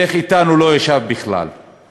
ואיך אתנו לא ישב בכלל,